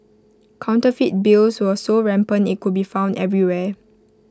counterfeit bills were so rampant IT could be found everywhere